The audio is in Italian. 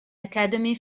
academy